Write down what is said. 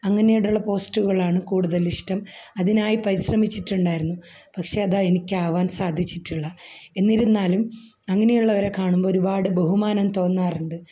അങ്ങനെയോടുള്ള പോസ്റ്റുകളാണ് കൂടുതൽ ഇഷ്ടം അതിനായി പരിശ്രമിച്ചിട്ടുണ്ടായിരുന്നു പക്ഷെ അത് എനിക്കാാവാൻ സാധിച്ചിട്ടില്ല എന്നിരുന്നാലും അങ്ങനെയുള്ളവരെ കാണുമ്പോൾ ഒരുപാട് ബഹുമാനം തോന്നാറുണ്ട്